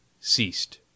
ceased